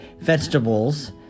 vegetables